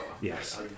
Yes